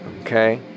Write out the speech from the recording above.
okay